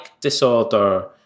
disorder